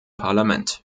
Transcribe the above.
parlament